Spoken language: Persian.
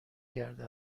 کرده